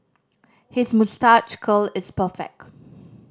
his moustache curl is perfect